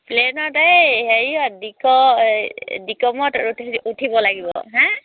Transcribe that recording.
প্লেনত এই হেৰিয়ত ডিক এই ডিকমত উঠিব লাগিব হাঁ